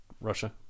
Russia